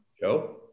Joe